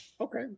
Okay